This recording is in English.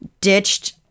ditched